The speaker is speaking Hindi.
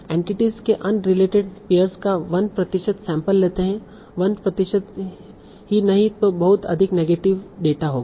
एंटिटीस के अनरिलेटेड पेयर्स का 1 प्रतिशत सैंपल लेते है 1 प्रतिशत ही नहीं तों बहुत अधिक नेगेटिव डेटा होगा